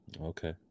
Okay